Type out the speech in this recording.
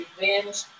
revenge